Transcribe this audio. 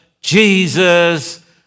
Jesus